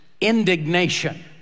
indignation